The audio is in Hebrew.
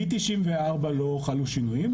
מ-1994, לא חלו שינויים.